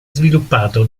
sviluppato